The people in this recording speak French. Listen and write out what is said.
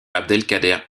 abdelkader